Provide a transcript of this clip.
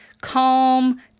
calm